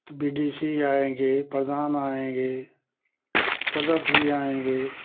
तो बीडीसी आएँगे प्रधान आएँगे सदस्य भी आएँगे